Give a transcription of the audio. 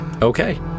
Okay